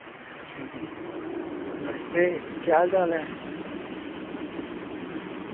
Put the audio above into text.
हां जी नमस्ते केह् हाल चाल ऐ